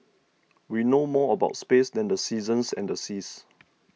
we know more about space than the seasons and the seas